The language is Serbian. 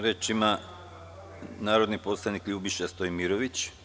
Reč ima narodni poslanik Ljubiša Stojmirović.